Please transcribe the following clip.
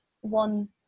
one